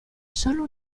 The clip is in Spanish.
solo